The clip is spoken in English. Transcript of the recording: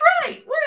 right